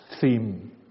theme